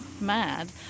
mad